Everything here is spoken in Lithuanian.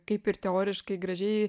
kaip ir teoriškai gražiai